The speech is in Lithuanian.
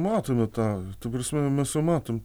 matome tą ta prasme mes jau matom